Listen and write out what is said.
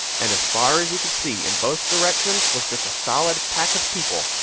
and as far as you could see, in both directions, was just a solid pack of people,